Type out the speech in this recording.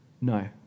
no